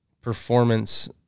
performance